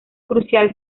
crucial